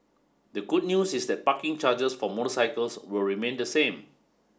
the good news is that parking charges for motorcycles will remain the same